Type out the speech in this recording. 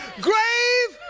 grave!